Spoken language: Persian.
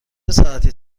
ساعتی